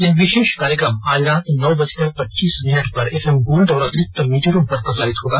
यह विशेष कार्यक्रम आज रात नौ बजकर पच्चीस मिनट पर एफएम गोल्ड और अतिरिक्त मीटरों पर प्रसारित होगा